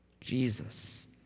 Jesus